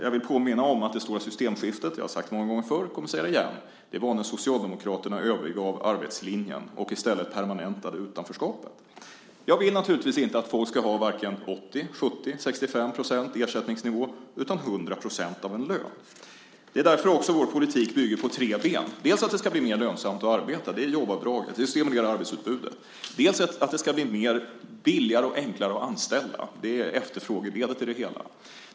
Jag vill påminna om att det stora systemskiftet - jag har sagt det många gånger förr och kommer att säga det igen - var när Socialdemokraterna övergav arbetslinjen och i stället permanentade utanförskapet. Jag vill naturligtvis inte att folk ska ha vare sig 80 %, 70 % eller 65 % ersättningsnivå, utan 100 % av en lön. Det är därför vår politik bygger på tre ben. Det ska bli mer lönsamt att arbeta - det handlar om jobbavdraget och om att stimulera arbetsutbudet - och billigare och enklare att anställa. Det är efterfrågeledet i det hela.